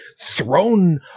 thrown